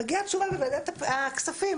מגיעה תשובה מוועדת הכספים.